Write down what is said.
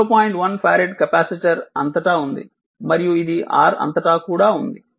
1 farad capacitor అంతటా ఉంది మరియు ఇది R అంతటా కూడా ఉంది